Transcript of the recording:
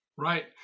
Right